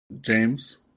James